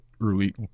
early